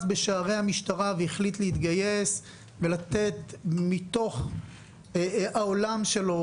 בשערי המשטרה והחליט להתגייס ולתת מתוך העולם שלו,